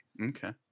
Okay